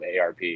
ARP